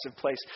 place